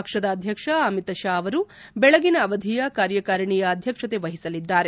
ಪಕ್ಷದ ಅಧ್ಯಕ್ಷ ಅಮಿತ್ ಶಾ ಅವರು ಬೆಳಗಿನ ಅವಧಿಯ ಕಾರ್ಯಕಾರಿಣಿಯ ಅಧ್ಯಕ್ಷತೆ ವಹಿಸಲಿದ್ದಾರೆ